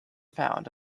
found